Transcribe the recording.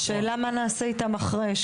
השאלה מה נעשה איתם אחרי,